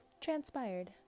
transpired